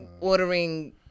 ordering